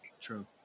True